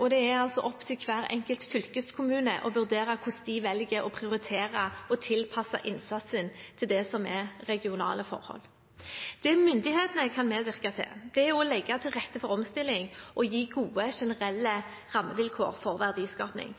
og det er altså opp til hver enkelt fylkeskommune å vurdere hvordan de velger å prioritere og tilpasse innsatsen til det som er regionale forhold. Det myndighetene kan medvirke til, er å legge til rette for omstilling og gi gode, generelle rammevilkår for verdiskaping.